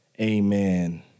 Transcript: Amen